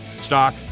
stock